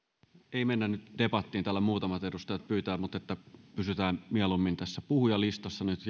mennä nyt debattiin täällä muutamat edustajat pyytävät mutta pysytään mieluummin tässä puhujalistassa nyt